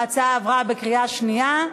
ההצעה עברה בקריאה שנייה.